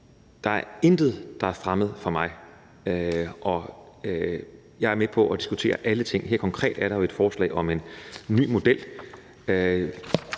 Der er intet, der er fremmed for mig. Jeg er med på at diskutere alle ting. Helt konkret er der jo et forslag om en ny model.